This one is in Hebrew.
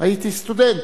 לציון יום הסטודנט,